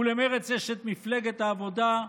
ולמרצ יש את מפלגת העבודה,